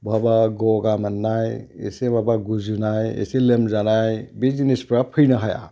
बहाबा गगा मोननाय एसे माबा गुजुनाय एसे लोमजानाय बे जिनिसफ्रा फैनो हाया